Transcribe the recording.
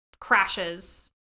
crashes